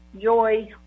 Joy